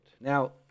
Now